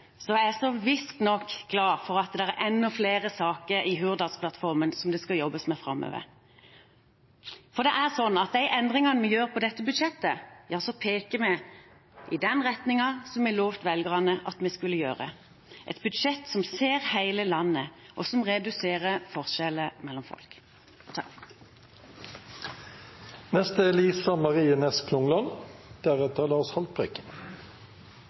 er så visst glad for at det er enda flere saker i Hurdalsplattformen som det skal jobbes med framover, for med de endringene vi gjør på dette budsjettet, peker vi i den retningen vi lovte velgerne at vi skulle. Dette er et budsjett som ser hele landet, og som reduserer forskjeller mellom folk.